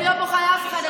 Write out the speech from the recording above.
אני לא בוכה לאף אחד.